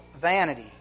vanity